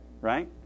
right